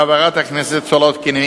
חברת הכנסת סולודקין,